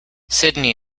sydney